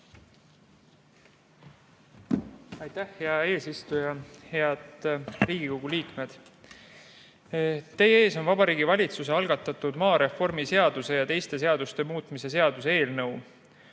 Aitäh, hea eesistuja! Head Riigikogu liikmed! Teie ees on Vabariigi Valitsuse algatatud maareformi seaduse ja teiste seaduste muutmise seaduse eelnõu.